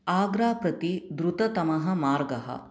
आग्रा प्रति द्रुततमः मार्गः